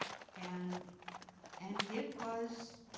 and and it was